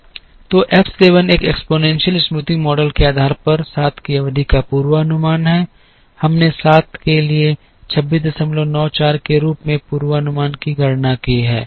तो एफ 7 इस exponential smoothing model के आधार पर 7 की अवधि का पूर्वानुमान है हमने 7 के लिए 2694 के रूप में पूर्वानुमान की गणना की है